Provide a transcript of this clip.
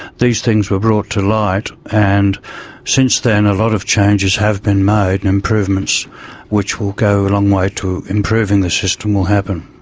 these things were brought to light, and since then a lot of changes have been made and improvements which will go a long way to improving the system will happen.